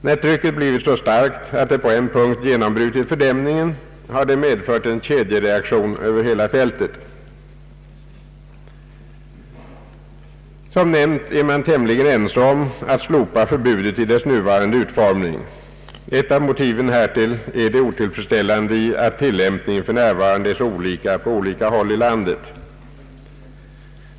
När trycket blivit så starkt att det på en punkt genombrutit fördämningen, har det medfört en kedjereaktion över hela fältet. Som nämnt är man tämligen ense om att slopa förbudet i dess nuvarande utformning. Ett av motiven är det otillfredsställande i att tillämpningen för närvarande är så olika på olika håll i landet.